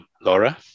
Laura